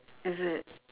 is it